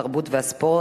התרבות והספורט